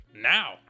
now